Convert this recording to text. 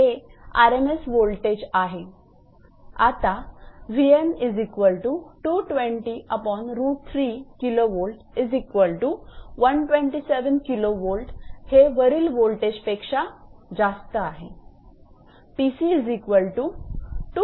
आता हे वरील वोल्टेज पेक्षा जास्त आहे